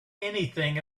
anything